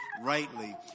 rightly